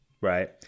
right